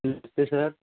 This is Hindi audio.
नमस्ते सर